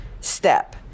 step